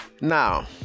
Now